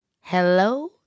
Hello